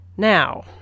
Now